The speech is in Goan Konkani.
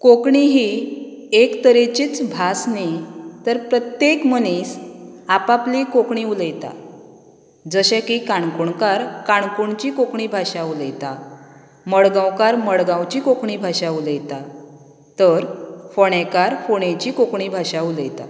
कोंकणी ही एक तरेचीच भास न्ही तर प्रत्येक मनीस आप आपली कोंकणी उलयता जशे की काणकोणकार काणकोणची कोंकणी भाशा उलयतात मडगांवकार मडगांवची कोंकणी भाशा उलयता तर फोंडेकार फोंडेची कोंकणी भाशा उलयता